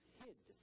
hid